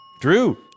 Drew